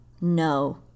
No